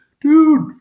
dude